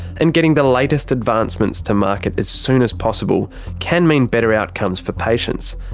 and getting the latest advancements to market as soon as possible can mean better outcomes for patients,